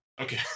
Okay